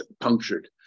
punctured